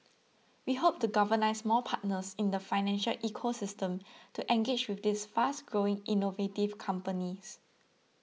we hope to galvanise more partners in the financial ecosystem to engage with these fast growing innovative companies